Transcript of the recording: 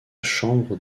chambre